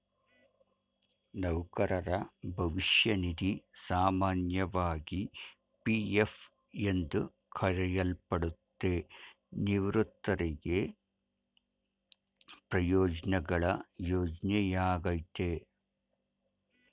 ನೌಕರರ ಭವಿಷ್ಯ ನಿಧಿ ಸಾಮಾನ್ಯವಾಗಿ ಪಿ.ಎಫ್ ಎಂದು ಕರೆಯಲ್ಪಡುತ್ತೆ, ನಿವೃತ್ತರಿಗೆ ಪ್ರಯೋಜ್ನಗಳ ಯೋಜ್ನೆಯಾಗೈತೆ